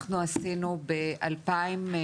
אנחנו עשינו ב-2019,